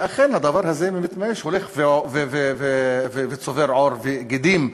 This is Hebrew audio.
שאכן הדבר הזה מתממש וצובר עור וגידים.